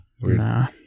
Nah